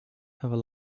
have